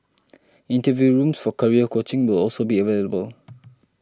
interview rooms for career coaching will also be available